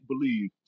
believe